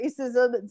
racism